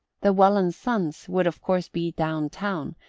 the welland sons would of course be down town,